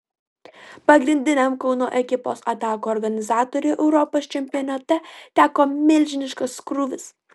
pagrindiniam kauno ekipos atakų organizatoriui europos čempionate teko milžiniškas krūvis